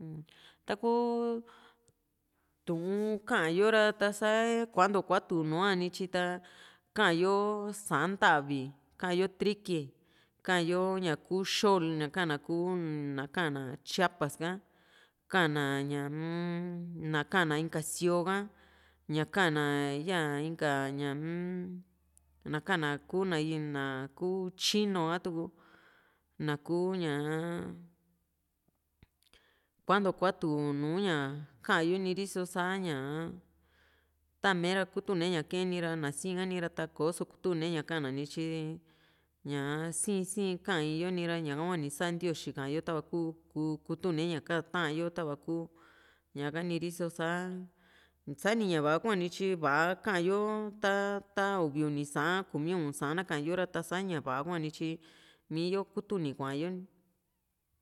takuu Tu'un ka´an yo ra ta kuantua kuatu nu´a nityi ta ka´yo Sa'an ndavi ka´yo triqui ka´an yo ñaku xool ñaka na kuu na ka´na Chiapas ha kana ñaa-m ñakana inka sioo ha ña kana ya inka ña mm nakana kuu na ku tyino katuku na kuu ñaa kuantua kuatu nùù ña ka´,an yo niriso sa´ña taa meera kutune ña kaé nira ná siin a´ra koso kutune ña kana nityi ñaa sii sii ka´an iyo nira ña ñakahua ni sa ntioxi kaa´yo tava ku kuu kutene ña ka´an ta´an yo tava ku ñaka niriso sa sani ña va´a hua nityi va´a ka´an yo ta ta uvi uni Sa'an kumi u´un Sa'an kaayo ra tasa ña va´a hua nityi mii´yo kutuni kuayo ni